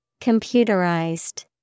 Computerized